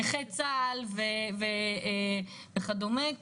צה"ל וכדומה.